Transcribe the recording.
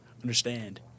Understand